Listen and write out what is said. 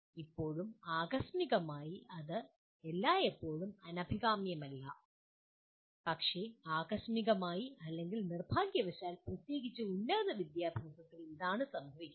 ഇപ്പോഴും ആകസ്മികമായി ഇത് എല്ലായ്പ്പോഴും അനഭികാമ്യമല്ല പക്ഷേ ആകസ്മികമായി അല്ലെങ്കിൽ നിർഭാഗ്യവശാൽ പ്രത്യേകിച്ച് ഉന്നതവിദ്യാഭ്യാസത്തിൽ ഇതാണ് സംഭവിക്കുന്നത്